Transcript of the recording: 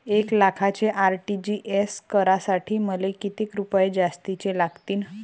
एक लाखाचे आर.टी.जी.एस करासाठी मले कितीक रुपये जास्तीचे लागतीनं?